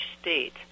state